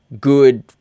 good